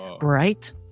right